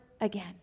again